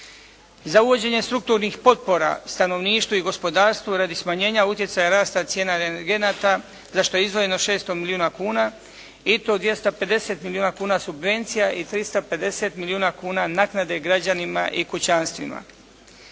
Za uvođenje strukturnih potpora stanovništvu i gospodarstvu radi smanjenja utjecaja rasta cijena energenata za što je izdvojeno 600 milijuna kuna i to 250 milijuna kuna subvencija i 350 milijuna kuna naknade građanima i kućanstvima.